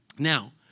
Now